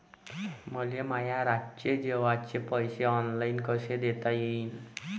मले माया रातचे जेवाचे पैसे ऑनलाईन कसे देता येईन?